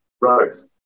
rose